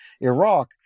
Iraq